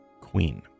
queen